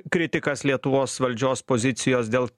kritikas lietuvos valdžios pozicijos dėl